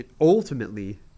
ultimately